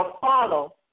follow